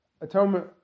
atonement